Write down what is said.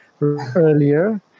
earlier